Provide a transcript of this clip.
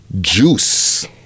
juice